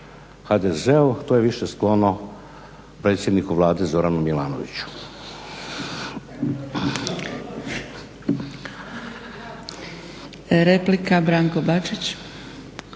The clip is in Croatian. HDZ-u, to je više sklono predsjedniku Vlade Zoranu Milanoviću. **Zgrebec, Dragica